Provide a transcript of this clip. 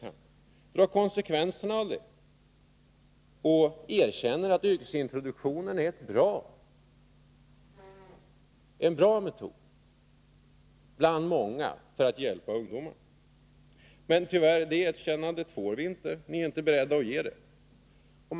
Dra alltså konsekvenserna av resultaten och erkänn att yrkesintroduktionen är en bra metod bland många när det gäller att hjälpa ungdomarna! Tyvärr är ni inte beredda att göra ett sådant erkännande.